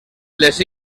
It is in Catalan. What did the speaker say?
les